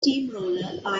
steamroller